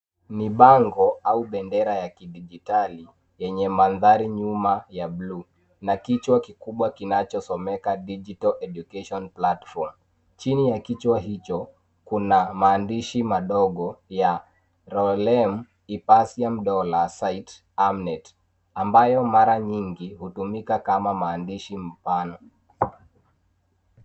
Ni bango au bendera ya kijdijitali yenye mandhari nyuma ya buluu na kichwa kikubwa kinachosomeka digital education platform . Chini ya kichwa hicho kuna maandishi madogo ya Lorem ipsum dolor sit amet ambayo mara nyingi hutumika kama maandishi mfano.